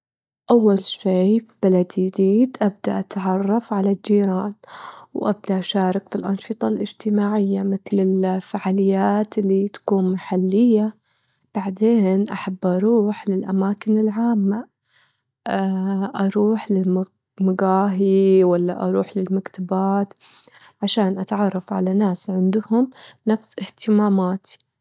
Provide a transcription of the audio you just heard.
أول شي في بلد جديد أبدأ أتعرف على الجيران، وأبدأ أشارك في الأنشطة الاجتماعية؛ متل الفاعاليات اللي هي تكون محلية، بعدين أحب أروح للأماكن العامة، أروح للمجاهي والا أروح للمكتبات عشان أتعرف على ناس عندهم نفس أهتماماتي.